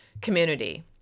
community